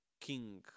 king